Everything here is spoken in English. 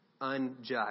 unjust